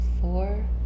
four